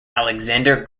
alexander